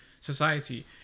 society